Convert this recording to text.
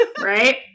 Right